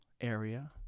area